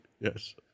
yes